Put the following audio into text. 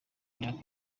myaka